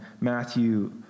Matthew